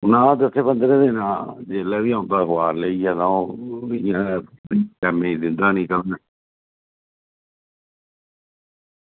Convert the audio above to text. ना दस्सें पंद्रहें दिनें दा जिसलै बी अखबार लेइयै औंदा ओह् टैमें दी दिंदा निं कदें